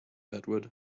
edward